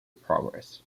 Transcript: progress